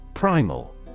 Primal